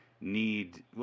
need